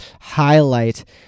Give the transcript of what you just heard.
highlight